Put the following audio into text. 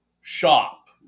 shop